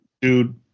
dude